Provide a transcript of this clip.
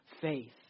faith